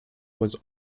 was